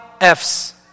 F's